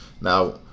Now